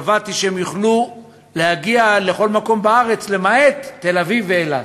קבעתי שהם יוכלו להגיע לכל מקום בארץ למעט תל-אביב ואילת.